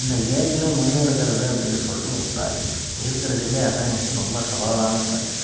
இந்த ஏரியில் மண் எடுக்கிறது அப்படின்னு சொல்லிட்டு ஒரு ப்ராஜக்ட் இருக்கிறதுலையே அதுதான் வந்து ரொம்ப சவாலான ப்ராஜக்ட்